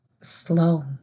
slow